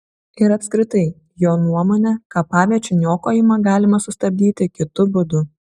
ir apskritai jo nuomone kapaviečių niokojimą galima sustabdyti kitu būdu